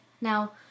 Now